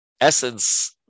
essence